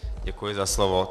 Děkuji za slovo.